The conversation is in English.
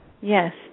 Yes